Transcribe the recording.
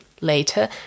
later